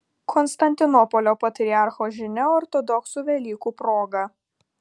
konstantinopolio patriarcho žinia ortodoksų velykų proga